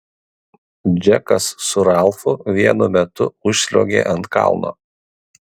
džekas su ralfu vienu metu užsliuogė ant kalno